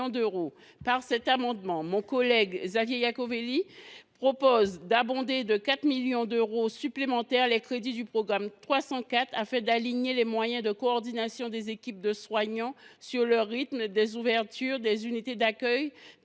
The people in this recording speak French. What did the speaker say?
d’euros. Par cet amendement, mon collègue Xavier Iacovelli propose donc d’abonder de 4 millions d’euros supplémentaires les crédits du programme 304, afin d’aligner les moyens de coordination des équipes de soignants sur le rythme d’ouverture de ces unités. Cette